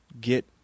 get